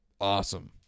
awesome